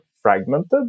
fragmented